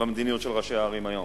במדיניות של ראשי הערים היום.